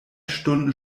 stunden